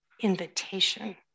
invitation